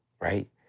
right